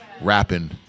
rapping